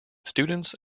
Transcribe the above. students